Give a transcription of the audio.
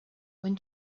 when